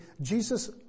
Jesus